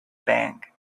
bank